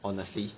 honestly